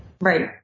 Right